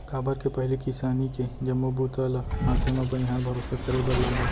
काबर के पहिली किसानी के जम्मो बूता ल हाथे म बनिहार भरोसा करे बर लागय